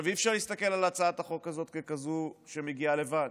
אי-אפשר להסתכל על הצעת החוק הזאת ככזאת שבאה לבד,